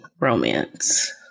Romance